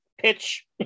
pitch